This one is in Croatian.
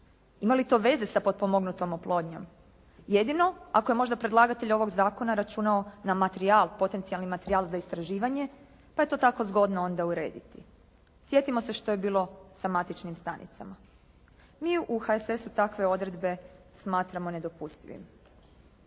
Ima li to veze sa potpomognutom oplodnjom? Jedino ako je možda predlagatelj ovog zakona računao na materijal, potencijalni materijal za istraživanje pa je to tako zgodno onda urediti. Sjetimo se što je bilo sa matičnim stanicama. Mi u HSS-u takve odredbe smatramo nedopustivim.